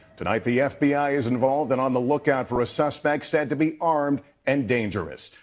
tonight the fbi is involved and on the lookout for a suspect said to be armed and dangerous.